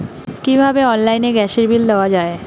কিভাবে অনলাইনে গ্যাসের বিল দেওয়া যায়?